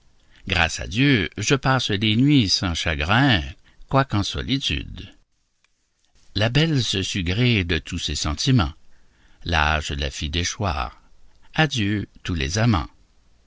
grâce à dieu je passe les nuits sans chagrin quoique en solitude la belle se sut gré de tous ces sentiments l'âge la fit déchoir adieu tous les amants